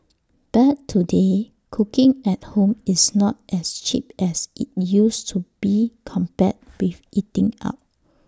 but today cooking at home is not as cheap as IT used to be compared with eating out